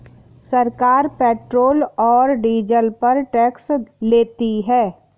सरकार पेट्रोल और डीजल पर टैक्स लेती है